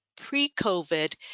pre-COVID